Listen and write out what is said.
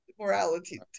Morality